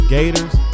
Gators